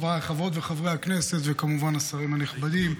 חבריי חברות וחברי הכנסת וכמובן השרים הנכבדים,